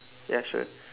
ya sure